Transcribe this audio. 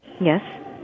Yes